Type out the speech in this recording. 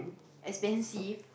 expensive